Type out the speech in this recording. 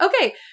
okay